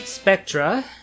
Spectra